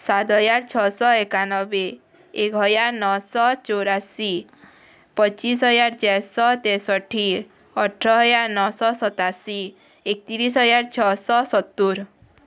ସାତ୍ ହଜାର୍ ଛଅଶ ଏକାନବେ ଏକ୍ ହଜାର୍ ନଅଶ ଚଉରାଅଶୀ ପଚିଶ୍ ହଜାର୍ ଚାରଶ ତେଷଠି ଅଠର୍ ହଜାର୍ ନଅଶ ସତାଶୀ ଏକତିରିଶ୍ ହଜାର୍ ଛଅଶ ସତୁର୍